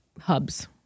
hubs